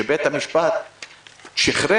שבית המשפט שחרר,